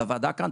לוועדה כאן,